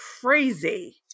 crazy